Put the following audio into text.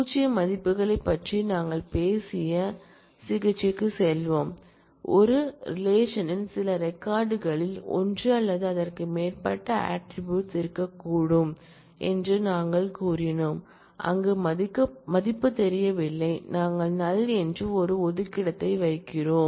பூஜ்ய மதிப்புகளைப் பற்றி நாங்கள் பேசிய சிகிச்சைக்குச் செல்வோம் ஒரு ரிலேஷன்ல் சில ரெக்கார்ட் களில் ஒன்று அல்லது அதற்கு மேற்பட்ட ஆட்ரிபூட்ஸ் இருக்கக்கூடும் என்று நாங்கள் கூறினோம் அங்கு மதிப்பு தெரியவில்லை நாங்கள் நல் என்று ஒரு ஒதுக்கிடத்தை வைக்கிறோம்